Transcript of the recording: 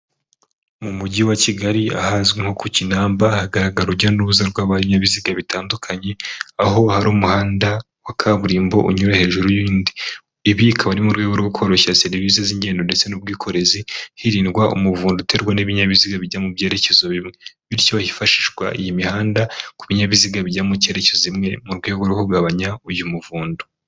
Mu mujyi wa kigali ahazwi nko ku kinamba hagaragara urujya n'uruza rw'ibinyabiziga bitandukanye aho hari umuhanda wa kaburimbo unyura hejuru y'indi ibi bikaba mu rwego rwo koroshya serivisi z'ingendo ndetse n'ubwikorezi hirindwa umuvundo uterwa n'ibinyabiziga bijya mu byerekezo bimwe bityo hifashishwa iyi mihanda ku binyabiziga bijya mu cyerekezo kimwe mu rwego rwo kugabanya uyu muvundo.